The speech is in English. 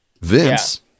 Vince